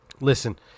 Listen